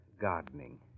gardening